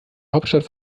hauptstadt